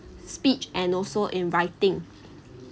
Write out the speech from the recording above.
speech and also in writing